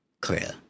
clear